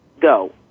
go